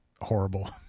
horrible